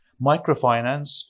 Microfinance